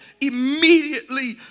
immediately